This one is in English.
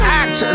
act